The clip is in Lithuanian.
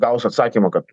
gaus atsakymą kad